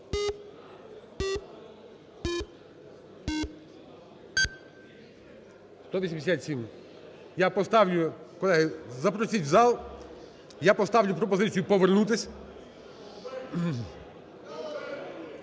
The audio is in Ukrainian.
За-187 Я поставлю, колеги, запросіть в зал, я поставлю пропозицію повернутися.